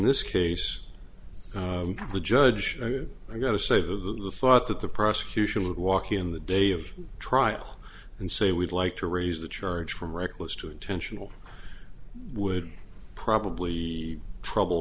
this case the judge i got to say who thought that the prosecution would walk in the day of trial and say we'd like to raise the church from reckless to intentional would probably be trouble